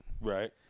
Right